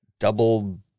Double